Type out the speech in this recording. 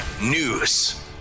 News